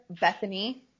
Bethany